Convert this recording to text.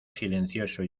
silencioso